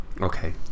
Okay